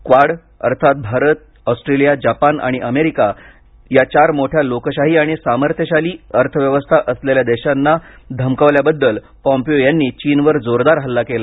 quad अर्थात Bharat Australia Japan आणि America चार मोठ्या लोकशाही आणि सामर्थ्यशाली अर्थव्यवस्था असलेल्या देशांना धमकावल्या बद्दल पोम्पीओ यांनी चीनवर जोरदार हल्ला केला